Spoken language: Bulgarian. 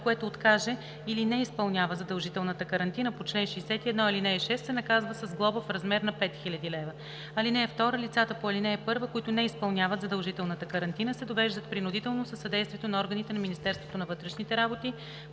което откаже или не изпълнява задължителната карантина по чл. 61, ал. 6, се наказва с глоба в размер на 5000 лв. (2) Лицата по ал. 1, които не изпълняват задължителната карантина, се довеждат принудително със съдействието на органите на Министерството на вътрешните работи